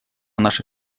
наша